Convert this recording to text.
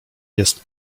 jest